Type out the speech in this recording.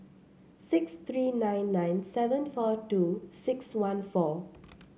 six three nine nine seven four two six one four